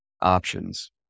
options